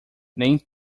nem